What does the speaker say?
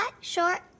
short